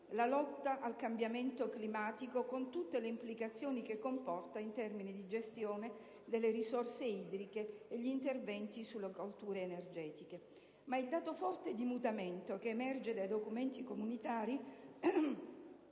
la lotta al cambiamento climatico, con tutte le implicazioni che comporta in termini di gestione delle risorse idriche e gli interventi sulle colture energetiche. Ma il dato forte di mutamento che emerge dai documenti comunitari